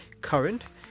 current